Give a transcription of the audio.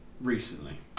recently